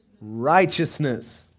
Righteousness